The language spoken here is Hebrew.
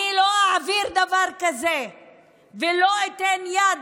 אני לא אעביר דבר כזה ולא אתן יד,